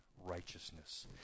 righteousness